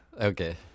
Okay